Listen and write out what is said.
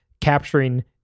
capturing